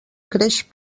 creix